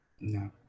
no